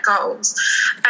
goals